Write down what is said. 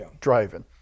driving